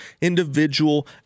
individual